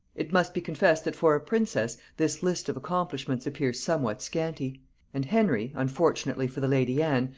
it must be confessed that for a princess this list of accomplishments appears somewhat scanty and henry, unfortunately for the lady anne,